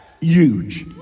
huge